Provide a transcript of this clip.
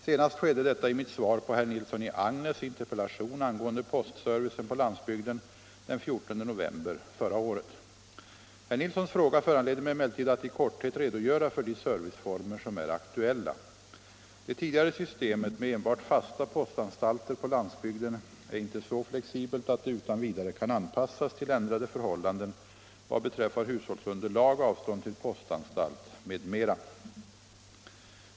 Senast skedde detta i mitt svar på herr Nilssons i Agnäs interpellation angående postservicen på landsbygden den 14 november förra året. Herr Nilssons fråga föranleder mig emellertid att i korthet redogöra för de serviceformer som är aktuella. Det tidigare systemet med enbart fasta postanstalter på landsbygden är inte så flexibelt att det utan vidare kan anpassas till ändrade förhållanden vad beträffar hushållsunderlag, avstånd till postanstalt m.m.